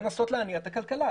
לנסות להניע את הכלכלה,